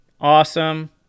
awesome